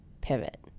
pivot